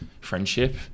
friendship